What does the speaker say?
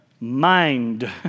mind